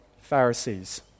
Pharisees